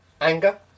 anger